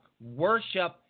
worship